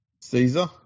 Caesar